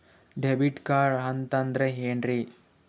Debit card ಅಂತಂದ್ರೆ ಏನ್ರೀ?